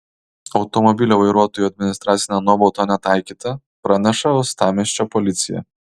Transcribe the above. automobilio vairuotojui administracinė nuobauda netaikyta praneša uostamiesčio policija